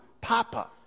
Papa